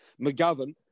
McGovern